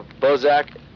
Bozak